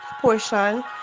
portion